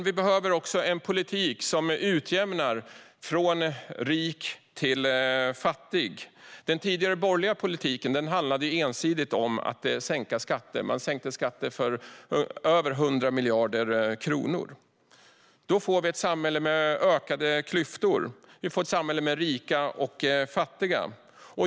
Vi behöver också en politik som utjämnar från rik till fattig. Den tidigare, borgerliga politiken handlade ensidigt om att sänka skatter. Man sänkte skatter för över 100 miljarder kronor. Då får man ett samhälle med ökade klyftor. Man får ett samhälle med rika och fattiga.